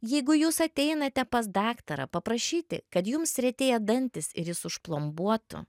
jeigu jūs ateinate pas daktarą paprašyti kad jums retėja dantys ir jis užplombuotų